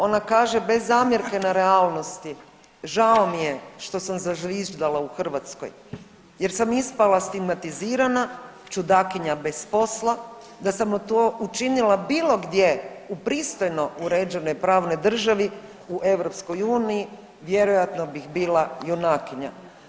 Ona kaže bez zamjerke na realnosti, žao mi je što sam zazviždala u Hrvatskoj jer sam ispala stigmatizirana, čudakinja bez posla, da sam to učinila bilo gdje u pristojno uređenoj pravnoj državi u EU vjerojatno bih bila junakinja.